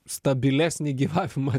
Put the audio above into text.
stabilesnį gyvavimą